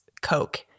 Coke